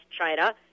China